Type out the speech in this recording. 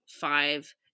five